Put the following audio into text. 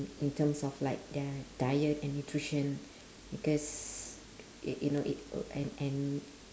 in terms of like their diet and nutrition because you you know it and and